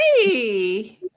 hey